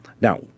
Now